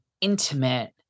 intimate